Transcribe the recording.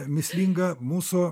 mįslinga mūsų